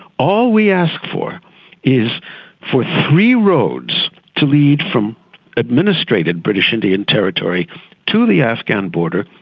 all we ask for is for three roads to lead from administrative british indian territory to the afghan border,